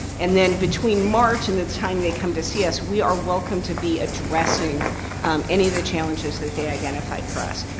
and there between march and the time they come to cs, we are welcome to be addressing any of the challenges that they identified for us.